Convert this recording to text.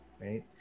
right